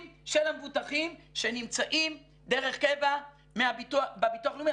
של המבוטחים שנמצאים דרך קבע בביטוח לאומי,